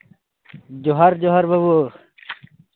ᱡᱚᱸᱦᱟᱨ ᱡᱚᱸᱦᱟᱨ ᱵᱟᱹᱵᱩ